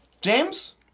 James